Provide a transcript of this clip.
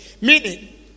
Meaning